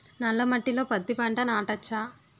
నల్ల మట్టిలో పత్తి పంట నాటచ్చా?